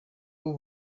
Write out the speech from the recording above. w’u